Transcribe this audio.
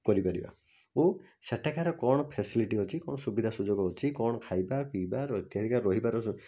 କରିପାରିବା ଓ ସେଇଠିକାର କ'ଣ ଫ୍ୟାସିଲିଟି ଅଛି କ'ଣ ସୁବିଧା ସୁଯୋଗ ଅଛି କ'ଣ ଖାଇବା ପିଇବା ରହିବାର